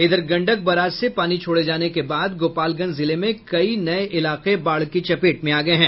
इधर गंडक बराज से पानी छोड़े जाने के बाद गोपालगंज जिले में कई नये इलाके बाढ़ की चपेट में आ गये हैं